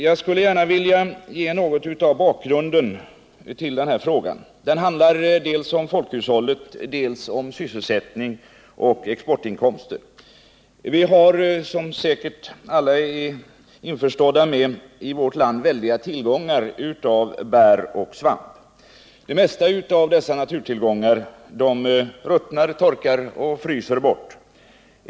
Jag skulle gärna vilja ge något av bakgrunden tili denna fråga, som handlar om dels folkhushållet, dels sysselsättning och exportinkomster. Vi har, som säkert alla är införstådda med, i vårt land väldiga tillgångar av bär och svamp. Det mesta av dessa naturtillgångar ruttnar, torkar och fryser bort.